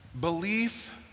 belief